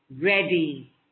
ready